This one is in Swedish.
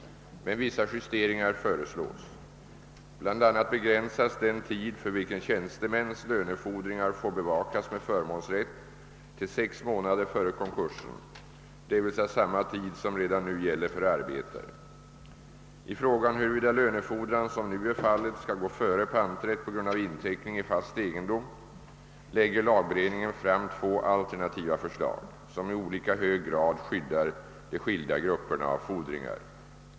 Men vissa justeringar föreslås. Bl. a. begränsas den tid för vilken tjänstemäns lönefordringar får bevakas med förmånsrätt till sex månader före konkursen, d. v. s. samma tid som redan nu gäller för arbetare. I frågan huruvida lönefordran såsom nu är fallet skall gå före panträtt på grund av inteckning i fast egendom lägger lagberedningen fram två alternativa förslag, som i olika hög grad skyddar de skilda grupperna av fordringar.